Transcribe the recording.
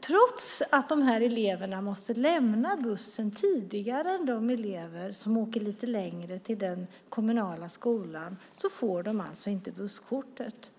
Trots att de eleverna måste lämna bussen tidigare än de elever som åker lite längre till den kommunala skolan får de inte busskortet.